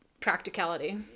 Practicality